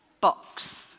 box